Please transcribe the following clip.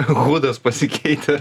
hudas pasikeitė